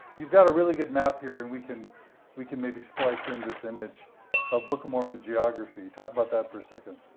you've got a really good map here, and we can we can maybe splice in this image of book of mormon geography. talk about that for a second.